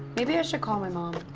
maybe i should call my mom.